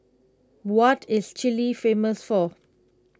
what is Chile famous for